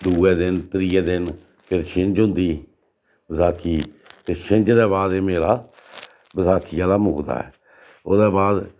दुए दिन त्रिये दिन फिर छिंज होंदी बसाखी ते छिंज दे बाद एह् मेला बसाखी आह्ला मुकदा ऐ ओह्दे बाद